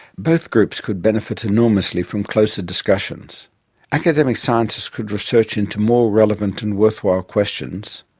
both groups could benefit enormously from closer discussions academic scientists could research into more relevant and worthwhile questions,